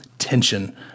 tension